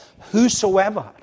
whosoever